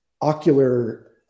ocular